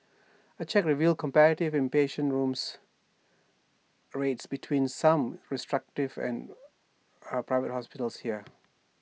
A check revealed competitive inpatient rooms rates between some restructured and A Private Hospitals here